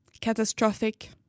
catastrophic